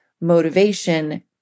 motivation